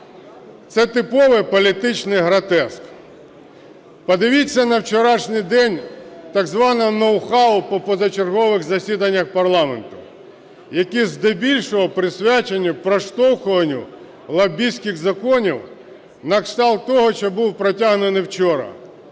Це типовий політичний гротеск. Подивіться на вчорашній день, так зване "ноу-хау" по позачергових засіданнях парламенту, які здебільшого присвячені проштовхуванню лобістських законів на кшталт того, що був протягнутий вчора.